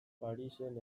parisen